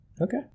Okay